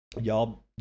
Y'all